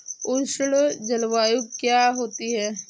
उष्ण जलवायु क्या होती है?